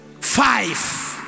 five